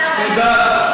תודה.